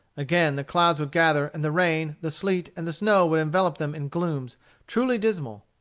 again the clouds would gather, and the rain, the sleet, and the snow would envelop them in glooms truly dismal.